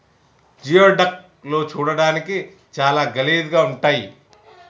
geoduck లు చూడడానికి చాలా గలీజ్ గా ఉంటయ్